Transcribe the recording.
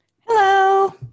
Hello